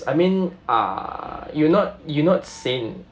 I mean uh you're not you're not sane